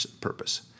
purpose